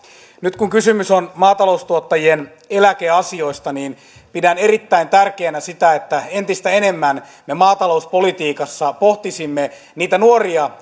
nyt kun kysymys on maataloustuottajien eläkeasioista pidän erittäin tärkeänä sitä että entistä enemmän me maatalouspolitiikassa pohtisimme niitä nuoria